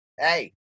hey